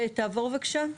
שקף: